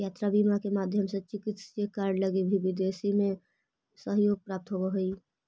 यात्रा बीमा के माध्यम से चिकित्सकीय कार्य लगी भी विदेश में सहयोग प्राप्त होवऽ हइ